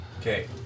Okay